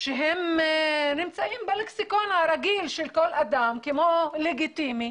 שהם נמצאים בלקסיקון הרגיל של כל אדם כמו לגיטימי,